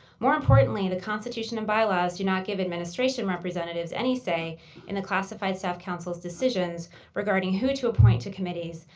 more importantly, the constitution and bylaws do not give administration representatives any say in the classified staff council's decisions regarding who to appoint to committees,